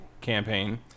campaign